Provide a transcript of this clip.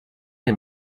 and